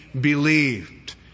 believed